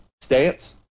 stance